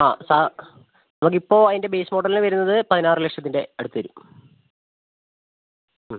ആ സാ നമുക്ക് ഇപ്പോൾ അതിന്റെ ബേസ് മോഡൽ വരുന്നത് പതിനാറ് ലക്ഷത്തിൻ്റെ അടുത്ത് വരും മ്